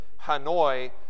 Hanoi